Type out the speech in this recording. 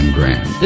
Grand